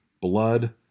blood